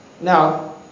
Now